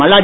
Malladi